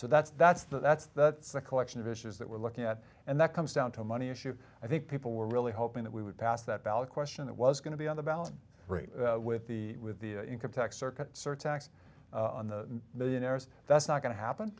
so that's that's that's that's a collection of issues that we're looking at and that comes down to money issue i think people were really hoping that we would pass that ballot question that was going to be on the ballot with the with the income tax circuit surtax on the millionaires that's not going to happen